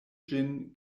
ĝin